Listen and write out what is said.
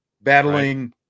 battling